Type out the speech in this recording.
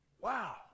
Wow